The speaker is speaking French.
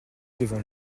devant